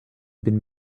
been